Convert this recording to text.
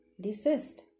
desist